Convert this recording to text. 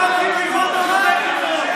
בושה.